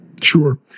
Sure